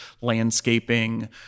landscaping